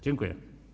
Dziękuję.